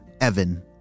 Evan